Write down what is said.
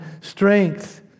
strength